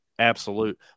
absolute